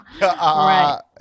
Right